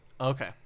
Okay